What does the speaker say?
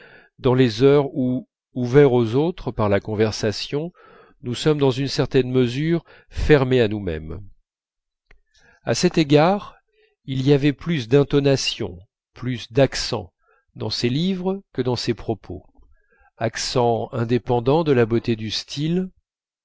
dans les heures où ouverts aux autres par la conversation nous sommes dans une certaine mesure fermés à nous-même à cet égard il y avait plus d'intonations plus d'accent dans ses livres que dans ses propos accent indépendant de la beauté du style